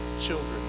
children